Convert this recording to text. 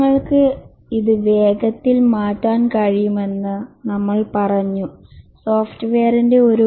നിങ്ങൾക്ക് ഇത് വേഗത്തിൽ മാറ്റാൻ കഴിയുമെന്ന് നമ്മൾ പറഞ്ഞു സോഫ്റ്റ്വെയറിന്റെ ഒരു